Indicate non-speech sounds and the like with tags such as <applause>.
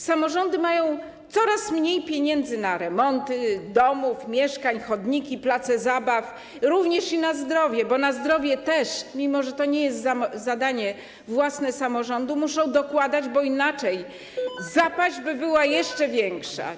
Samorządy mają coraz mniej pieniędzy na remonty domów, mieszkań, chodniki, place zabaw, również na zdrowie, bo na zdrowie też, mimo że to nie jest zadanie własne samorządów, muszą dokładać, bo inaczej zapaść <noise> by była jeszcze większa.